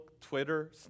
Twitter